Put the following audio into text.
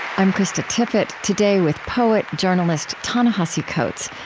i'm krista tippett. today, with poet-journalist ta-nehisi coates,